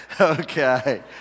Okay